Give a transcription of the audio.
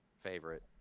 favorite